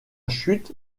chute